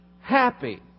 happy